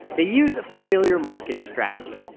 they use a familiar marketing strategy,